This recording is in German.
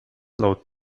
laut